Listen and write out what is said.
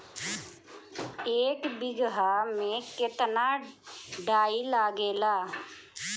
एक बिगहा में केतना डाई लागेला?